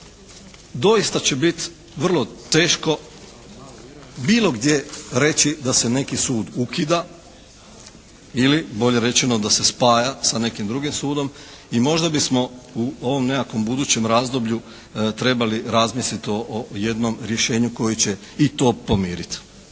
doista će biti vrlo teško bilo gdje reći da se neki sud ukida ili bolje rečeno da se spaja sa nekim drugim sudom i možda bismo u ovom nekakvom budućem razdoblju trebali razmisliti o jednom rješenju koje će i to pomiriti.